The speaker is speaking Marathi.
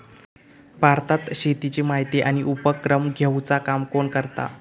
भारतात शेतीची माहिती आणि उपक्रम घेवचा काम कोण करता?